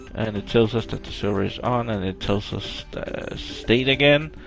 and it tells us that the server is on, and it tells us the state again.